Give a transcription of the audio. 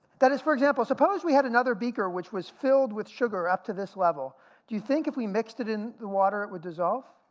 that is for example, suppose we had another beaker which is filled with sugar up to this level, do you think if we mixed it in the water it would dissolve?